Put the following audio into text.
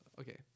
Okay